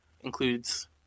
includes